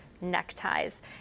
neckties